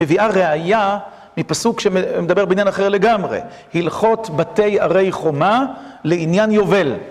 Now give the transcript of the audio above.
מביאה ראייה מפסוק שמדבר בעניין אחר לגמרי. הלכות בתי ערי חומה לעניין יובל.